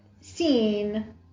seen